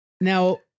Now